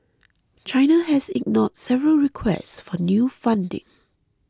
China has ignored several requests for new funding